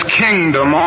kingdom